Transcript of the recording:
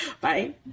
Bye